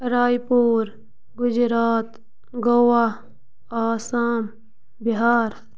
راے پوٗر گُجرات گوا آسام بِہار